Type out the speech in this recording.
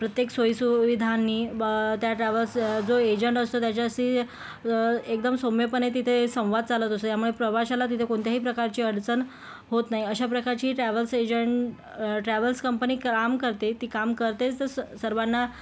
प्रत्येक सोयी सुविधांनी त्या ट्रॅव्हल्स जो एजंट असतो त्याच्याशी एकदम सौम्यपणे तिथे संवाद चालत असतो यामुळे प्रवाशाला तिथे कोणत्याही प्रकारची अडचण होत नाही अशा प्रकारची ट्रॅवल्स एजंट ट्रॅवल्स कंपनी काम करते ती काम करतेच सर्वांना